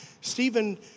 Stephen